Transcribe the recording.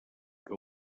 que